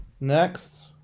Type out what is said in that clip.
Next